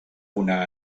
una